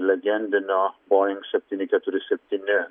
legendinio boeing septyni keturi septyni